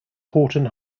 horton